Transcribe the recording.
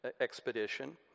expedition